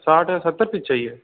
साठ या सत्तर पीस चाहिए